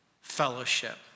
fellowship